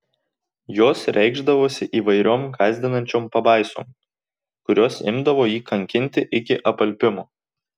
jos reikšdavosi įvairiom gąsdinančiom pabaisom kurios imdavo jį kankinti iki apalpimo